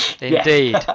Indeed